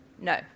No